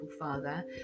Father